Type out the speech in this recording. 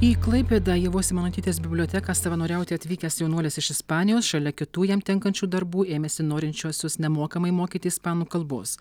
į klaipėdą ievos simonaitytės biblioteką savanoriauti atvykęs jaunuolis iš ispanijos šalia kitų jam tenkančių darbų ėmėsi norinčiuosius nemokamai mokyti ispanų kalbos